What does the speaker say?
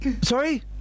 Sorry